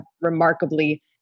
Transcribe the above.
remarkably